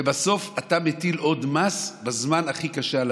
בסוף אתה מטיל עוד מס על עצמאים בזמן הכי קשה.